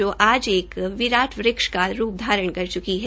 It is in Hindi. जो आज एक विराट वृक्ष का रूप धारण कर चुका है